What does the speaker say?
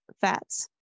fats